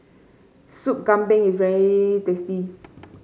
Soup Kambing is very tasty